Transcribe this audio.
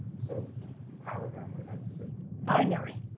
so empower them with that decision? binary.